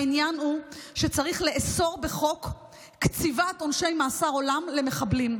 העניין הוא שצריך לאסור בחוק קציבת עונשי מאסר עולם למחבלים.